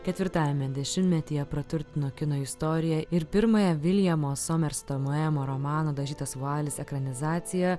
ketvirtajame dešimtmetyje praturtino kino istoriją ir pirmąją williamo somerseto moemo romaną dažytas vualis ekranizaciją